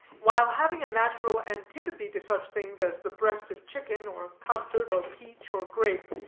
while having a natural antipathy to such things as the breast of chicken, or custard, or peach, or grape,